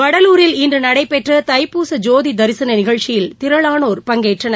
வடலூரில் இன்று நடைபெற்ற தைப்பூச ஜோதி தரிசன நிகழ்ச்சியில் திரளானோர் பங்கேற்றனர்